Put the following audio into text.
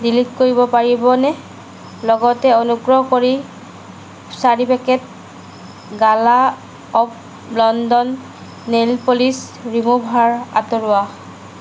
delete কৰিব পাৰিবনে লগতে অনুগ্ৰহ কৰি চাৰি packet Gala of London nail polish remover আঁতৰোৱা